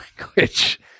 language